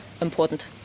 important